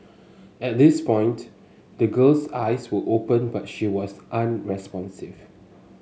at this point the girl's eyes were open but she was unresponsive